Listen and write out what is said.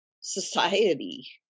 society